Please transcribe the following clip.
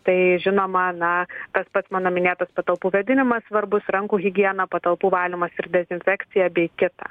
tai žinoma na tas pats mano minėtas patalpų vėdinimas svarbus rankų higiena patalpų valymas ir dezinfekcija bei ktita